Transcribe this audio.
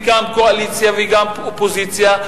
וגם קואליציה וגם אופוזיציה,